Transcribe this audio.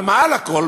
מעל הכול,